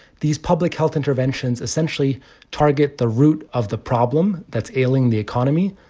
these public health interventions essentially target the root of the problem that's ailing the economy,